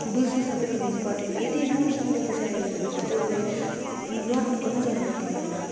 बुझ्नु सबैभन्दा इम्पोर्टेन्ट हो यदि राम्रोसँगले बुझायो भने त उसलाई रट्नुको पनि जरुरत हुँदैन